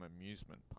amusement